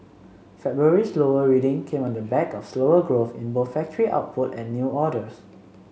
February's lower reading came on the back of slower growth in both factory output and new orders